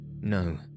No